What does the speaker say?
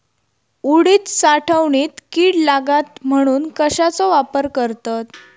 उडीद साठवणीत कीड लागात म्हणून कश्याचो वापर करतत?